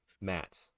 matt